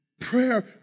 Prayer